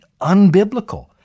unbiblical